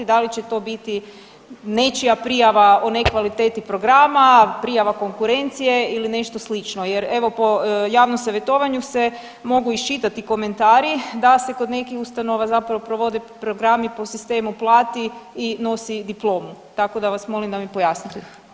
Da li će to biti nečija prijava o nekvaliteti programa, prijava konkurencije ili nešto slično, jer evo, po javnom savjetovanju se mogu iščitati komentari da se kod nekih ustanova zapravo provode programi po sistemu plati i nosi diplomu, tako da vas molim da mi pojasnite.